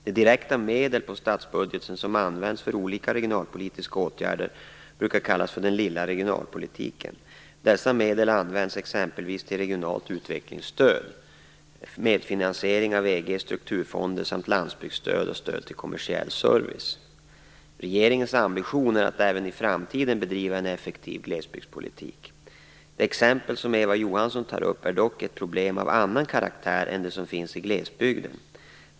De direkta medel på statsbudgeten som används för olika regionalpolitiska åtgärder brukar kallas för den lilla regionalpolitiken. Dessa medel används exempelvis till regionalt utvecklingsstöd, medfinansiering av EG:s strukturfonder samt landsbygdsstöd och stöd till kommersiell service. Regeringens ambition är att även i framtiden bedriva en effektiv glesbygdspolitik. Det exempel som Eva Johansson tar upp är dock ett problem av annan karaktär än de som finns i glesbygden.